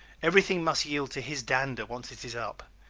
everything must yield to his dander once it is up.